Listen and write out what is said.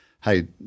hey